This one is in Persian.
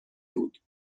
بود